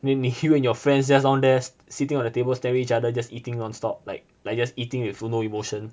then 你 you and your friends just down there sitting on the table stare at each other just eating non-stop like like just eating with no emotion